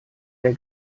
der